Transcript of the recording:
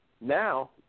Now